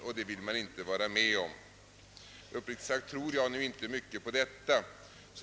Och det vill utskottet inte vara med om. Uppriktigt sagt tror jag inte mycket på denna risk.